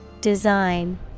Design